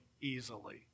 easily